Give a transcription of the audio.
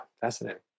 fascinating